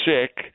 sick